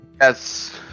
Yes